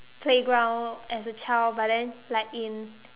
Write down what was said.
playground as a child but then like in